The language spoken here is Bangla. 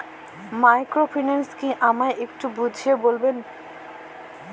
মাইক্রোফিন্যান্স কি আমায় একটু বুঝিয়ে বলবেন?